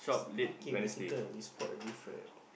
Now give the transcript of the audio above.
okay we circle we spot already friend